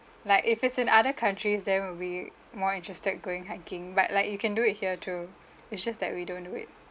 like if it's in other countries then we'll be more interested going hiking but like you can do it here too it's just that we don't do it